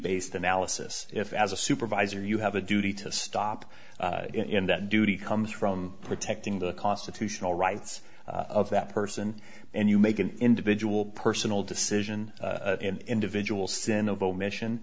based analysis if as a supervisor you have a duty to stop in that duty comes from protecting the constitutional rights of that person and you make an individual personal decision in individual